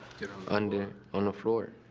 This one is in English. get and on the floor.